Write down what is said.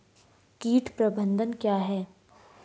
कीट प्रबंधन क्या है?